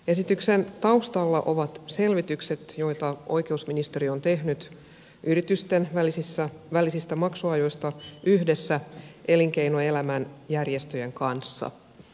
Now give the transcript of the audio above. esityksen taustalla ovat selvitykset joita oikeusministeri on tehnyt yritysten välisistä maksuajoista yhdessä elinkeinoelämän järjestöjen kanssa